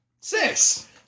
Six